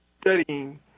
studying